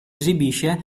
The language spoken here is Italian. esibisce